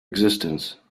existence